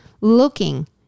looking